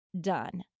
done